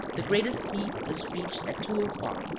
the greatest heat is reached at two o'clock,